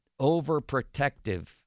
overprotective